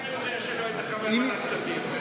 איך אני יודע שלא היית חבר ועדת הכספים?